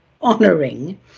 honoring